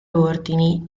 ordini